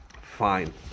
fine